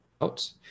out